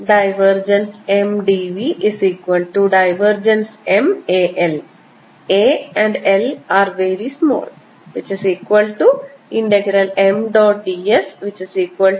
Mal a and l are very smallM